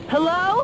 Hello